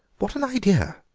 what an idea.